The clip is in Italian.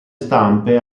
stampe